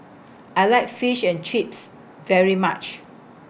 I like Fish and Chips very much